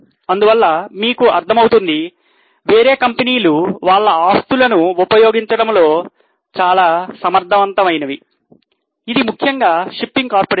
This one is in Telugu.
అందువల్ల మీకు అర్థమవుతుంది వేరే కంపెనీలు వాళ్ల ఆస్తులను ఉపయోగించడంలో చాలా సమర్థవంతమైనవి ఇది ముఖ్యంగా షిప్పింగ్ కార్పొరేషన్